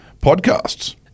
podcasts